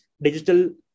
digital